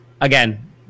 again